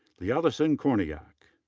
leealison korniak.